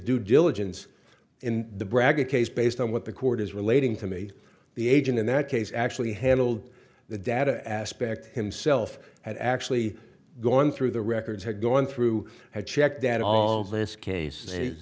due diligence in the bragg a case based on what the court is relating to me the agent in that case actually handled the data aspect himself had actually gone through the records had gone through had checked out all this case is